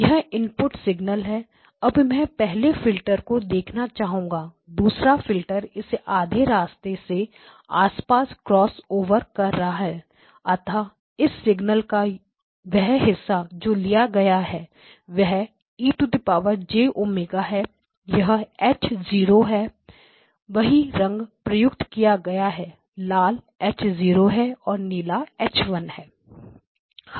यह input signal है अब मैं पहले फिल्टर को देखना चाहूंगा दूसरा फिल्टर इसे आधे रास्ते के आसपास क्रॉस ओवर कर रहा है अतः इस सिग्नल का वह हिस्सा जो लिया गया है वह X0 है यह H 0 है वही रंग प्रयुक्त किया गया है लाल H 0 है और नीला H 1 है